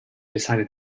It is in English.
decided